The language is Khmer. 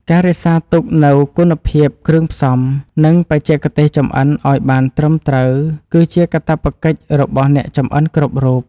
ការរក្សានូវគុណភាពគ្រឿងផ្សំនិងបច្ចេកទេសចម្អិនឱ្យបានត្រឹមត្រូវគឺជាកាតព្វកិច្ចរបស់អ្នកចម្អិនគ្រប់រូប។